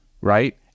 Right